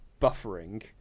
buffering